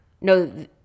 No